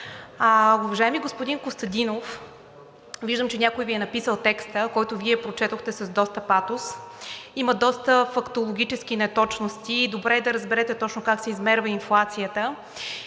Уважаеми господин Костадинов, виждам, че някой Ви е написал текста, който вие прочетохте с доста патос. Има доста фактологически неточности и е добре да разберете точно как се измерва инфлацията,